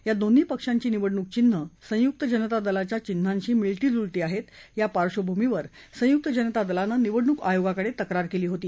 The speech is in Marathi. या दोन्ही पक्षांची निवडणूक चिन्ह संयुक्त जनता दलाच्या चिन्हाशी मिळतीजुळती आहेत या पार्श्वभूमीवर संयुक्त जनता दलानं निवडणुक आयोगाकडे तक्रार केली होता